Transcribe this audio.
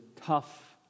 tough